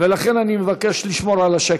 ולכן אני מבקש לשמור על השקט.